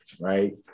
right